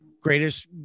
Greatest